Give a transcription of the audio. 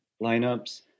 lineups